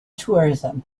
tourism